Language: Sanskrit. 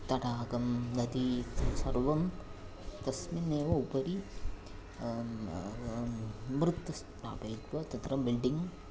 तडागं नदी सर्वं तस्मिन्नेव उपरि मृताः स्थापयित्वा तत्र बिल्डिङ्ग्